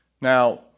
Now